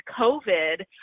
covid